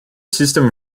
system